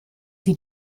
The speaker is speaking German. wie